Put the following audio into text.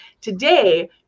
today